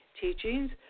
teachings